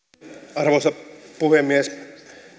arvoisa puhemies